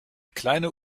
kleine